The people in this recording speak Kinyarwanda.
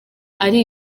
ari